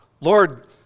Lord